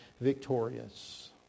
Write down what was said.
victorious